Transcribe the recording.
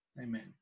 Amen